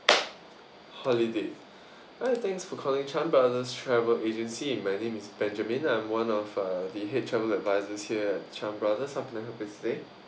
holiday hi thanks for calling chan brothers travel agency my name is benjamin I'm one of uh the head travel advisors here at chan brothers how can I help you today